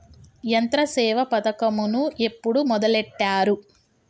యంత్రసేవ పథకమును ఎప్పుడు మొదలెట్టారు?